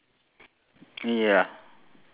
uh on the top right